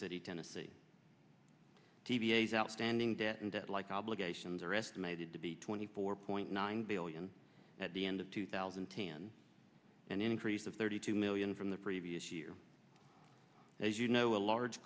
city tennessee t v s outstanding debt and debt like obligations are estimated to be twenty four point nine billion at the end of two thousand tan an increase of thirty two million from the previous year as you know a large